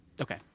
Okay